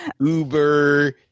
Uber